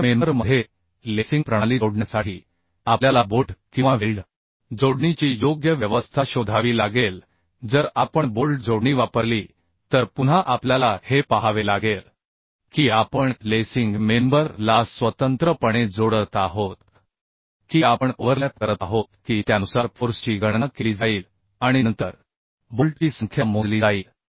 मुख्य मेंबर मध्ये लेसिंग प्रणाली जोडण्यासाठी आपल्याला बोल्ट किंवा वेल्ड जोडणीची योग्य व्यवस्था शोधावी लागेल जर आपण बोल्ट जोडणी वापरली तर पुन्हा आपल्याला हे पाहावे लागेल की आपण लेसिंग मेंबर ला स्वतंत्रपणे जोडत आहोत की आपण ओव्हरलॅप करत आहोत की त्यानुसार फोर्सची गणना केली जाईल आणि नंतर बोल्टची संख्या मोजली जाईल